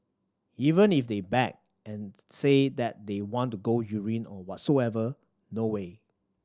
even if they beg and say that they want to go urine or whatsoever no way